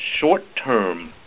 short-term